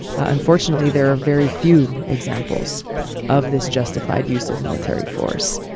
unfortunately, there are very few examples of this justified use of military force.